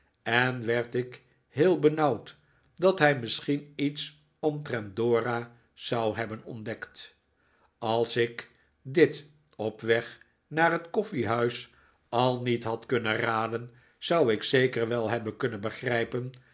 en werd ik heel benauwd dat hij misschien iets omtrent dora zou hebben ontdekt als ik dit op weg naar het koffiehuis al niet had kunnen raden zou ik zeker wel hebben kunnen begrijpen